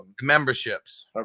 Memberships